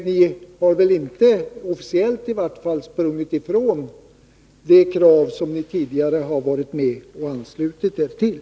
Ni har i varje fall inte officiellt sprungit ifrån det krav som ni tidigare har anslutit er till.